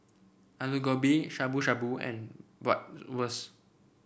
Alu Gobi Shabu Shabu and Bratwurst